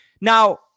Now